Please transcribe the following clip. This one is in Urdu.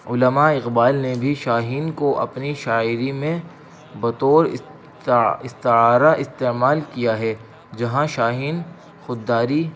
علامہ اقبال نے بھی شاہین کو اپنی شاعری میں بطور استعارہ استعمال کیا ہے جہاں شاہین خودداری